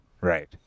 right